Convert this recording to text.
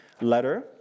Letter